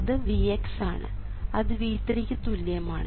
അത് Vx ആണ് അത് V3 ക്ക് തുല്യമാണ്